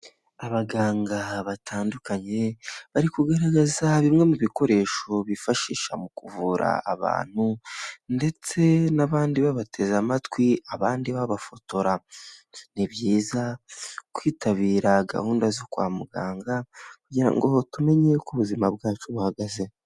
Abaganga batandukanye bari kugaragaza bimwe mu bikoresho bifashisha mu kuvura abantu ndetse n'abandi babateze amatwi, abandi babafotora. Ni byiza kwitabira gahunda zo kwa muganga kugira ngo tumenye uko ubuzima bwacu buhagaze.